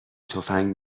تفنگ